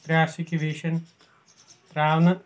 prosecution ترٛاونہٕ